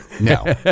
No